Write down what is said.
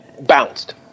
bounced